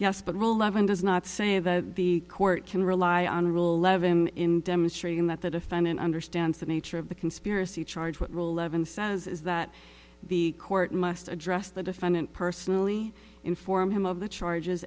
yes but rule eleven does not say that the court can rely on a rule levin demonstrating that the defendant understands the nature of the conspiracy charge what role levin says is that the court must address the defendant personally inform him of the charges